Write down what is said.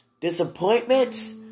disappointments